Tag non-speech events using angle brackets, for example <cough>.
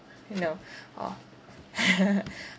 no orh <laughs>